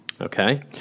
Okay